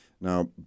Now